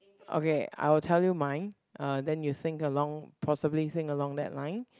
okay I would tell you mine uh then you think along possibly think along that line